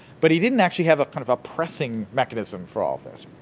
but he didn't actually have kind of a pressing mechanism for all this.